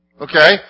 Okay